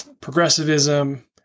progressivism